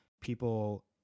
people